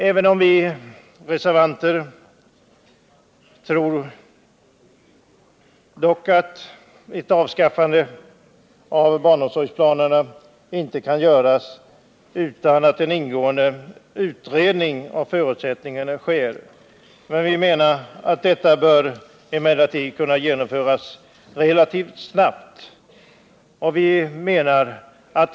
Även om vi reservanter tror att ett avskaffande av barnomsorgsplanerna inte kan göras utan att en ingående utredning av förutsättningarna sker, menar vi att detta bör kunna genomföras relativt snabbt.